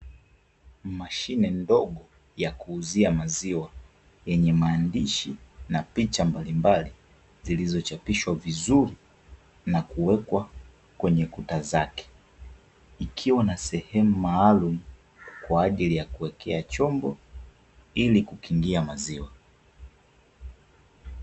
Mashine ndogo ya kuuzia maziwa yenye maandishi na picha mbalimbali zilizochapishwa vizuri na kuwekwa kwenye kuta zake, ikiwa na sehemu maalum kwa ajili ya kuwekea chombo ili kukingia maziwa.